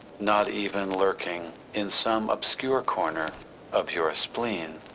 not even lurking in some obscure corner of your spleen.